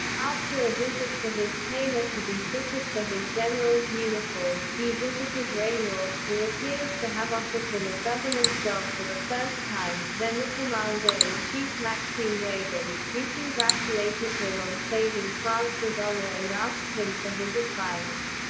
after a visit to his tailor to be fitted for his general's uniform, he visited reynaud, who appears to have offered him a government job for the first time, then the commander-in-chief maxime weygand, who congratulated him on saving france's honour and asked him for his advice.